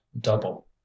double